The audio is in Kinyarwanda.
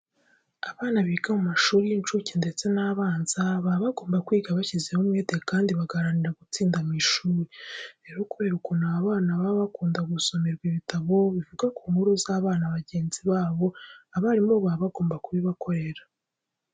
Abana biga mu mashuri y'incuke ndetse n'abanza baba bagomba kwiga bashyizeho umwete kandi bagaharanira gutsinda mu ishuri. Rero kubera ukuntu aba bana baba bakunda gusomerwa ibitabo bivuga ku nkuru z'abana bagenzi babo, abarimu baba bagomba kubibakorera.